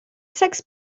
sex